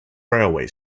railway